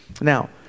now